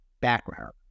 background